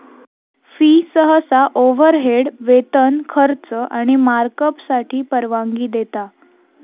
fee सहसा overhead, वेतन, खर्च आणि मार्कअपसाठी परवानगी देता